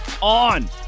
on